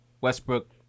Westbrook